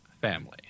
family